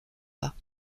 pas